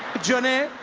johnny!